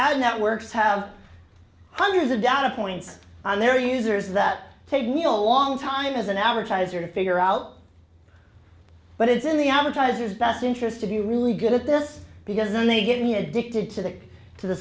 ad networks have hundreds of data points on their users that take me a long time as an advertiser to figure out but it's in the advertisers best interest to be really good at this because when they give me addicted to that to the